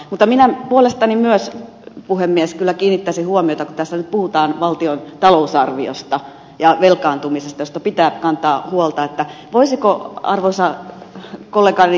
mutta minä puolestani myös puhemies kun tässä nyt puhutaan valtion talousarviosta ja velkaantumisesta josta pitää kantaa huolta kyllä kiinnittäisin huomiota siihen voisiko arvoisa kollegani ed